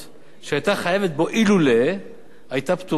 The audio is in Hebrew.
שהיתה חייבת בו אילולא היתה פטורה ממס חברות.